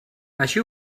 així